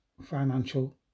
financial